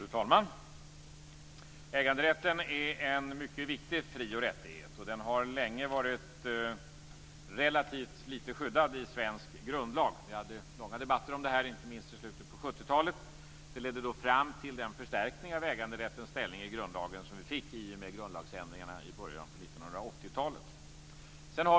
Fru talman! Äganderätten är en mycket viktig frioch rättighet. Den har länge varit relativt litet skyddad i svensk grundlag. Vi hade långa debatter om detta inte minst i slutet på 70-talet. Det ledde fram till den förstärkning av äganderättens ställning i grundlagen som vi fick i och med grundlagsändringarna i början på 1980-talet.